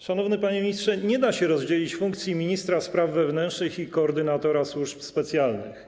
Szanowny panie ministrze, nie da się rozdzielić funkcji ministra spraw wewnętrznych i koordynatora służb specjalnych.